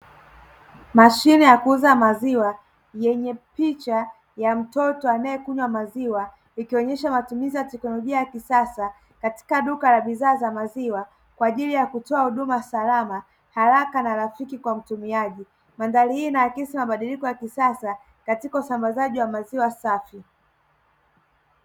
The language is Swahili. Mashine ya kuuza maziwa yenye picha ya mtoto anaekunywa maziwa, ikionesha matumizi ya tekinolojia ya kisasa katika duka la bidhaa za maziwa, kwa ajili ya kutoa huduma salama, haraka na rafiki kw mtumiaji. Mandhari hii inaakisi mabadiliko ya kisasa katika usambazaji wa maziwa safi.